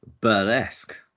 Burlesque